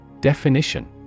Definition